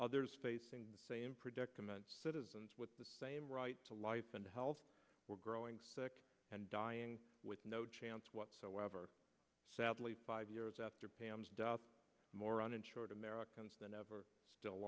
others facing the same predicament citizens with the same right to life and health were growing sick and dying with no chance whatsoever sadly five years after pam's death more uninsured americans than ever still